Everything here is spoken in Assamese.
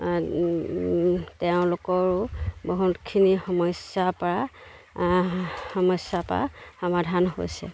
তেওঁলোকৰো বহুতখিনি সমস্যাৰপৰা সমস্যাৰপৰা সমাধান হৈছে